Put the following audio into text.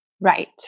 Right